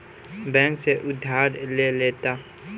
bank से उधार ले लेता